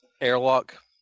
airlock